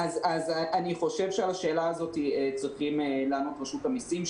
אני חושב שעל השאלה הזאת צריכים לענות רשות המסים,